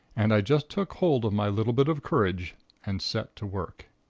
and i just took hold of my little bit of courage and set to work.